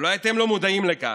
אולי אתם לא מודעים לכך,